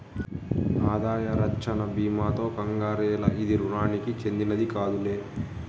ఆదాయ రచ్చన బీమాతో కంగారేల, ఇది రుణానికి చెందినది కాదులే